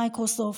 מיקרוסופט,